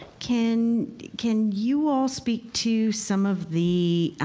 can can you all speak to some of the.